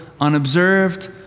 unobserved